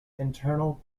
internal